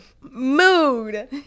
mood